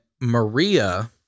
Maria